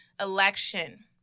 election